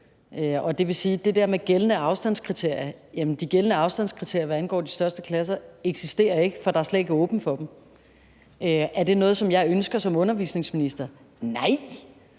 klasser. Det vil sige, at de gældende afstandskriterier, hvad angår de største klasser, ikke eksisterer, for der er slet ikke åbent for dem. Er det noget, som jeg ønsker som undervisningsminister? Nej!